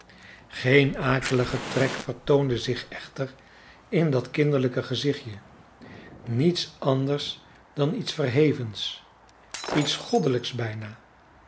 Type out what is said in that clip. geen akelige trek vertoonde zich echter in dat kinderlijke gezichtje niets anders dan iets verhevens iets goddelijks bijna de